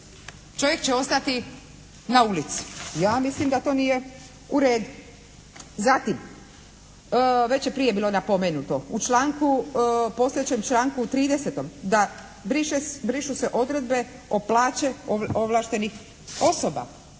Čovjek će ostati na ulici. Ja mislim da to nije u redu. Zatim, već je prije bilo napomenuto. U članku, postojećem članku 30. da brišu se odredbe o plaće ovlaštenih osoba.